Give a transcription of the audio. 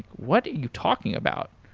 what are you talking about?